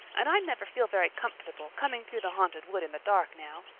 and i never feel very comfortable coming through the haunted wood in the dark now.